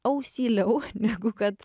ausyliau negu kad